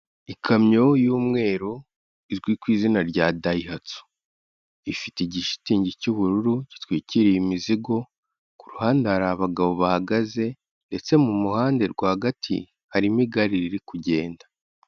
Ikamyo y'umweru izwi ku izina rya Dayihatsu. Ifite igishitingi cy'ubururu gitwikiriye imizigo, ku ruhande hari abagabo bahagaze ndetse mu muhanda rwagati, harimo igare riri kugenda.